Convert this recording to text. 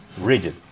rigid